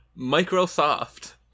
microsoft